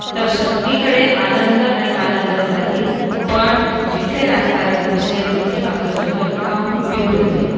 तर सगळीकडे आनंद आणि आनंदच राहील पण जिथे राजकारण घुसेल तिथे मात्र सगळं काम बिघडून जाईल